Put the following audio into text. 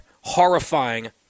horrifying